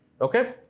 Okay